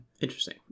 Interesting